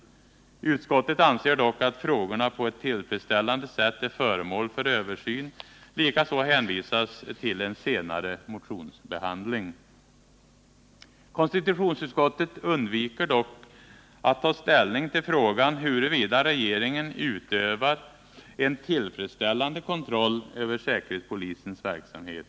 Utskottet anser dock att frågorna på ett tillfredsställande sätt är föremål för översyn. Likaså hänvisas till en senare motionsbehandling. Konstitutionsutskottet undviker dock att ta ställning till frågan huruvida regeringen utövat en tillfredsställande kontroll över säkerhetspolisens verksamhet.